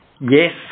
yes